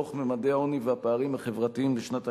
דוח ממדי העוני והפערים החברתיים לשנת 2010,